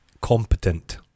competent